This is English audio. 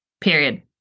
period